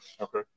Okay